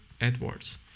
Edwards